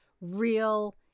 real